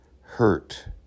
hurt